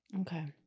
Okay